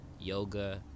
yoga